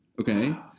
okay